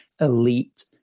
elite